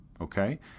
Okay